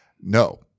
No